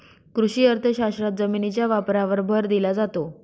कृषी अर्थशास्त्रात जमिनीच्या वापरावर भर दिला जातो